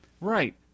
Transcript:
Right